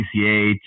PCH